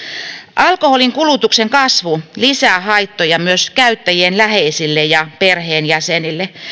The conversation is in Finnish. alkoholinkulutuksen kasvu lisää haittoja myös käyttäjien läheisille ja perheenjäsenille